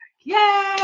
yay